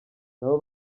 nabo